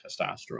testosterone